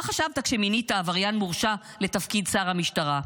מה חשבת כשמינית עבריין מורשע לתפקיד שר המשטרה?